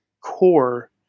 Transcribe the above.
core